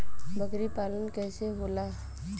बकरी पालन कैसे होला?